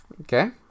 Okay